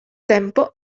tempo